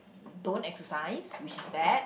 don't exercise which is bad